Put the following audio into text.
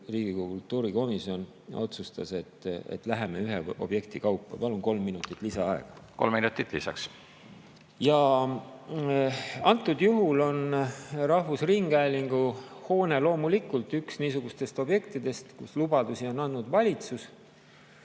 Riigikogu kultuurikomisjon otsustas, et läheme ühe objekti kaupa edasi. Palun kolm minutit lisaaega. Kolm minutit lisaks. Antud juhul on rahvusringhäälingu hoone loomulikult üks niisugustest objektidest, mille puhul lubadusi on andnud valitsus.